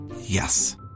Yes